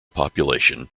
population